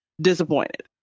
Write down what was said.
disappointed